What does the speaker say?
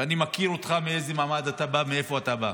ואני מכיר אותך, מאיזה מעמד אתה בא, מאיפה אתה בא,